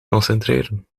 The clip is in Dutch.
concentreren